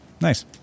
nice